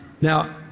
Now